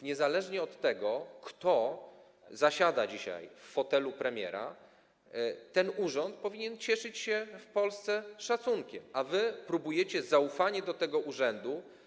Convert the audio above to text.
Niezależnie od tego, kto dzisiaj zasiada w fotelu premiera, ten urząd powinien cieszyć się w Polsce szacunkiem, a wy próbujecie podważyć zaufanie do tego urzędu.